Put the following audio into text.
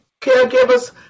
caregivers